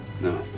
No